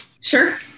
Sure